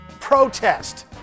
protest